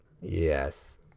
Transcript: Yes